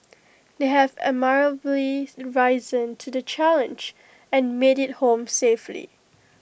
they have admirably risen to the challenge and made IT home safely